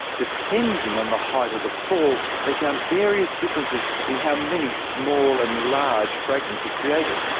depending on the height of the fall, they found various differences in how many small and large fragments were created.